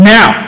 Now